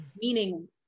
meaning